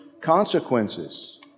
consequences